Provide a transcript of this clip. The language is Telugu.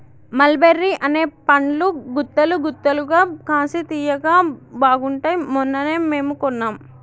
మల్ బెర్రీ అనే పండ్లు గుత్తులు గుత్తులుగా కాశి తియ్యగా బాగుంటాయ్ మొన్ననే మేము కొన్నాం